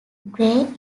grey